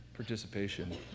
Participation